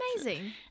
amazing